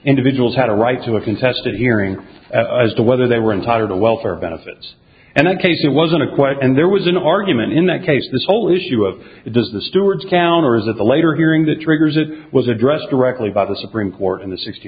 individuals had a right to a contested hearing as to whether they were entitled to welfare benefits and in case it wasn't quite and there was an argument in that case this whole issue of does the stewards countered with the later hearing that triggers it was addressed directly by the supreme court in the sixty